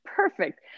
Perfect